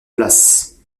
place